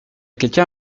quelqu’un